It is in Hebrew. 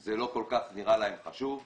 זה לא נראה חשוב כל כך.